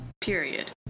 period